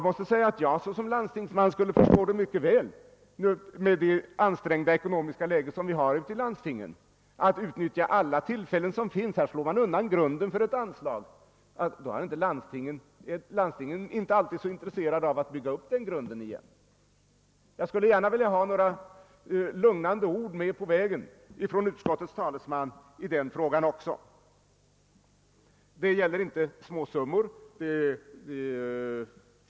Det skulle jag, som landstingsman, mycket väl kunna förstå om de gjorde, med tanke på det ansträngda ekonomiska läge vi har i landstingen. Då är det förståeligt om man tillvaratar alla tillfällen som bjuds att inte ge några anslag, och här slår man alltså undan grunden för ett sådant. Landstingen är inte alltid så intresserade av att bygga upp denna grund igen. Jag skulle vilja få några lugnande ord med på vägen från utskottets talesman också i denna fråga. Det gäller inte små summor.